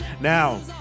Now